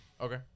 Okay